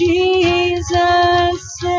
Jesus